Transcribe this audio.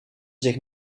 zich